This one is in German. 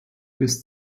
bis